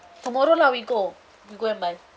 tomorrow lah we go you go and buy